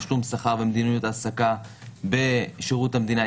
תשלום שכר ומדיניות העסקה בשירות המדינה,